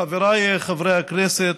חבריי חברי הכנסת,